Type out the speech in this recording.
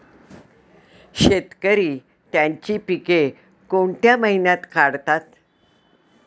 शेतकरी त्यांची पीके कोणत्या महिन्यात काढतात?